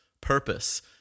purpose